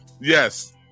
Yes